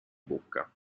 bocca